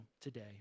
today